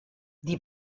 die